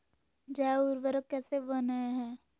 जैव उर्वरक कैसे वनवय हैय?